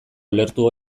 ulertu